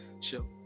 Chill